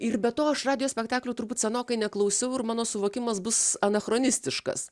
ir be to aš radijo spektaklių turbūt senokai neklausiau ir mano suvokimas bus anachronistiškas